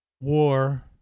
war